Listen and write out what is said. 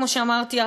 כמו שאמרתי,